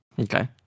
Okay